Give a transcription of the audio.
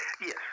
Yes